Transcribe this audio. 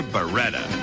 Beretta